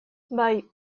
bai